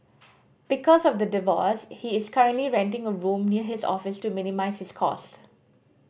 because of the divorce he is currently renting a room near his office to minimise his cost